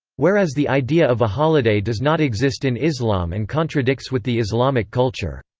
whereas the idea of a holiday does not exist in islam and contradicts with the islamic culture.